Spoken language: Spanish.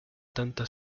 tanta